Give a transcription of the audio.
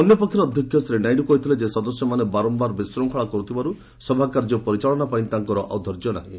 ଅନ୍ୟପକ୍ଷରେ ଅଧ୍ୟକ୍ଷ ଶ୍ରୀ ନାଇଡୁ କହିଥିଲେ ସଦସ୍ୟମାନେ ବାରମ୍ଭାର ବିଶ୍ୱଙ୍ଖଳା କରୁଥିବାରୁ ସଭାକାର୍ଯ୍ୟ ପରିଚାଳନା ପାଇଁ ତାଙ୍କର ଆଉ ଧୈର୍ଯ୍ୟ ନାହିଁ